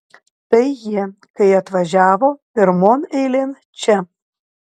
tai jie kai atvažiavo pirmon eilėn čia